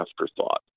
afterthought